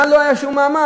לה לא היה שום מעמד.